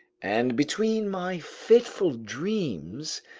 and between my fitful dreams,